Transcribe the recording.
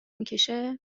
میکشه